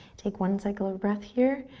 take one cycle of breath here.